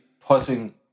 putting